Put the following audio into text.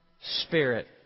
spirit